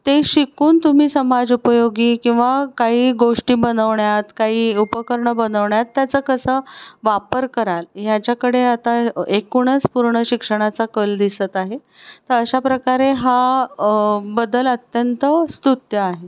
ते शिकून तुम्ही समाज उपयोगी किंवा काही गोष्टी बनवण्यात काही उपकरणं बनवण्यात त्याचा कसा वापर कराल ह्याच्याकडे आता एकूणच पूर्ण शिक्षणाचा कल दिसत आहे तर अशा प्रकारे हा बदल अत्यंत स्तुत्य आहे